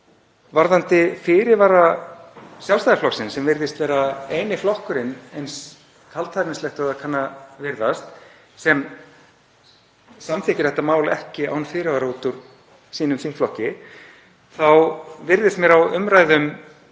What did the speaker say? Varðandi fyrirvara Sjálfstæðisflokksins sem virðist vera eini flokkurinn, eins kaldhæðnislegt og það kann að virðast, sem samþykkir þetta mál ekki án fyrirvara út úr sínum þingflokki þá virðist mér á umræðum